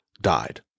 died